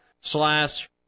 slash